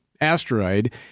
asteroid